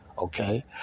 Okay